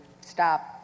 stop